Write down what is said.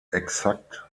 exakt